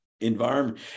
environment